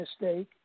mistake